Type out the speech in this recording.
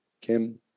Kim